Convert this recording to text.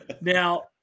Now